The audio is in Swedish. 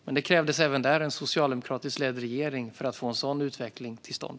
Men det krävdes även där en socialdemokratiskt ledd regering för att få en sådan utveckling till stånd.